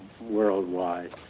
worldwide